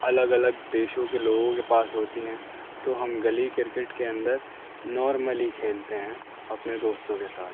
الگ الگ دیشوں کے لوگوں کے پاس ہوتی ہیں تو ہم گلی کرکٹ کے اندر نارملی کھیلتے ہیں اپنے دوستوں کے ساتھ